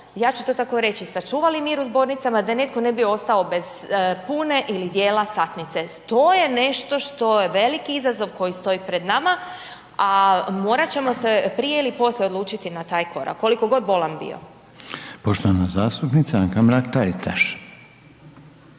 ja ću to tako reći, sačuvali mir u zbornicama, da netko ne bi ostao bez pune ili dijela satnice. To je nešto što je veliki izazov koji stoji pred nama a morat ćemo se prije ili poslije odlučiti na taj korak, koliko god bolan bio. **Reiner, Željko (HDZ)** Poštovana zastupnica Anka Mrak-Taritaš.